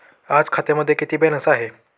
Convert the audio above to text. आज खात्यामध्ये किती बॅलन्स आहे?